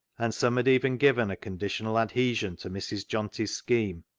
and some had even given a conditional adhesion to mrs. johnty's scheme,